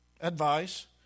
advice